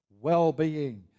well-being